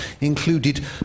included